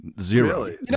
Zero